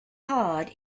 hard